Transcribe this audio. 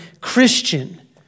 Christian